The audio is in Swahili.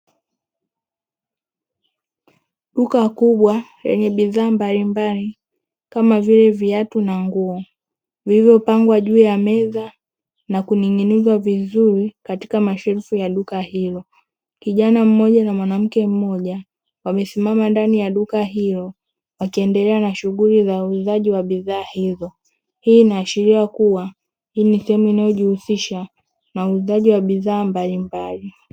Duka kubwa lenye bidhaa mbalimbali kama vile viatu na nguo vilivyopangwa juu ya meza na kuning'inizwa vizuri katika mashelfu ya duka hilo. Kijana mmoja na mwanamke mmoja wamesimama ndani ya duka hilo wakiendelea na shughuli za uuzaji wa bidhaa hizo. Hii inaashiria kuwa hii ni sehemu inayojihusisha na uuzaji wa bidhaa mbalimbali.